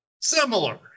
similar